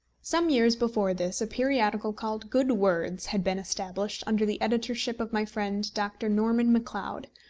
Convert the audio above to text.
some years before this a periodical called good words had been established under the editorship of my friend dr. norman macleod,